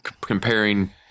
comparing